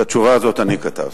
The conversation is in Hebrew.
את התשובה הזאת אני כתבתי.